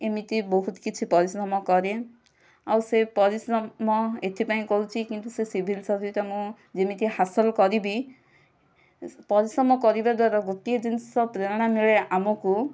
ଏମିତି ବହୁତ କିଛି ପରିଶ୍ରମ କରେ ଆଉ ସେ ପରିଶ୍ରମ ଏଥିପାଇଁ କରୁଛି କିନ୍ତୁ ସେ ସିଭିଲ୍ ସର୍ଭିସଟା ମୁଁ ଯେମିତି ହାସଲ କରିବି ପରିଶ୍ରମ କରିବାଦ୍ଵାରା ଗୋଟିଏ ଜିନିଷ ପ୍ରେରଣା ମିଳେ ଆମକୁ